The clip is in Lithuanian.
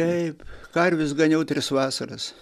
taip karves ganiau tris vasaras